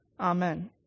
Amen